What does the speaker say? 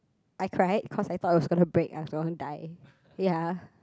I cried cause I thought it was gonna break I was gonna die ya